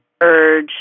urge